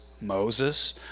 Moses